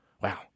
Wow